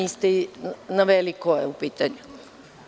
Niste naveli ko je u pitanju.